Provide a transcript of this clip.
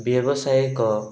ବ୍ୟବସାୟିକ